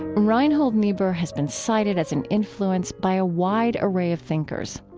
reinhold niebuhr has been cited as an influence by a wide array of thinkers.